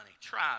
try